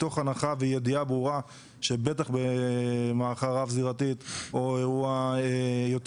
מתוך הנחה וידיעה ברורה שבטח במערכה רב זירתית או אירוע יותר